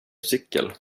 cykel